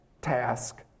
task